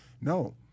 No